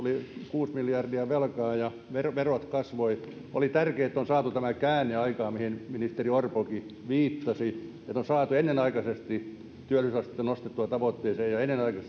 kuusi miljardia velkaa ja verot kasvoivat oli tärkeää että on saatu tämä käänne aikaan mihin ministeri orpokin viittasi että on saatu ennenaikaisesti työllisyysastetta nostettua tavoitteeseen ja ennenaikaisesti